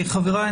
חבריי,